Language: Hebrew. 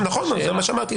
נכון, זה מה שאמרתי.